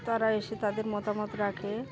তারা এসে তাদের মতামত রাখে